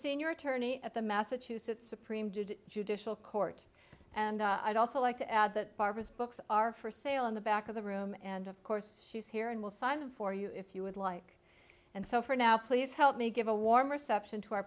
senior attorney at the massachusetts supreme to judicial court and i'd also like to add that barbara's books are for sale in the back of the room and of course she's here and will sign of for you if you would like and so for now please help me give a warm reception to our